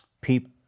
people